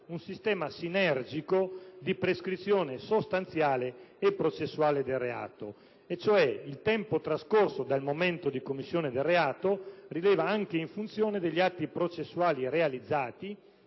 un sistema sinergico di prescrizione sostanziale e processuale del reato: il tempo trascorso dal momento di commissione del reato rileva anche in funzione degli atti processuali realizzati